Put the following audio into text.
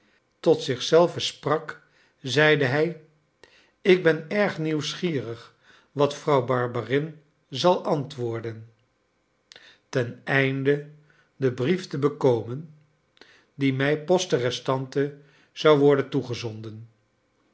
tot zich zelven sprak zeide hij ik ben erg nieuwsgierig wat vrouw barberin zal antwoorden teneinde den brief te bekomen die mij poste restante zou worden toegezonden